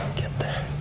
get there.